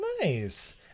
Nice